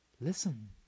Listen